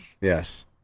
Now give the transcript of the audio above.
Yes